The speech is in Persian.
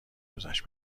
گذشت